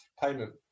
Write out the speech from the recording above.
payment